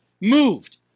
moved